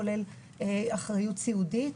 כולל אחריות סיעודית.